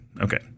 Okay